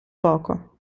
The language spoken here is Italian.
poco